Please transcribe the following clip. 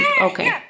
okay